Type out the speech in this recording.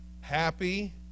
happy